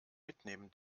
mitnehmen